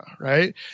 right